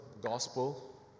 gospel